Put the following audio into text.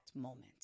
moment